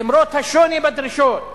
למרות השוני בדרישות,